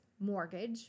mortgage